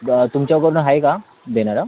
बा तुमच्या कोण आहे का देणारा